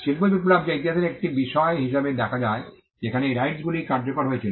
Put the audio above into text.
শিল্প বিপ্লব যা ইতিহাসের একটি বিষয় হিসাবে দেখা যায় যেখানে এই রাইটসগুলি কার্যকর হয়েছিল